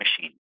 machine